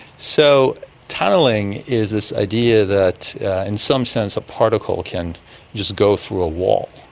so tunnelling is this idea that in some sense a particle can just go through a wall,